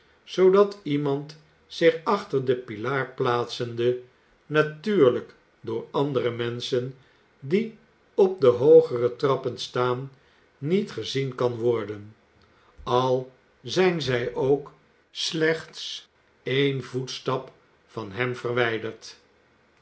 zoodat iemand zich achter den pilaar plaatsende natuurlijk door andere menschen die op de hoogere trappen staan niet gezien kan worden al zijn zij ook slechts een voetstap van hem verwijderd